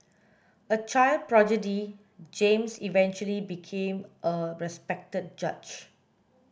a child prodigy James eventually became a respected judge